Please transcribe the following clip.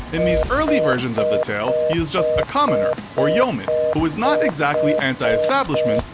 in these early versions of the tale he is just a commoner, or yeoman, who is not exactly anti-establishment,